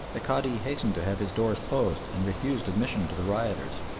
the cadi hastened to have his doors closed and refused admission to the rioters.